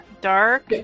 dark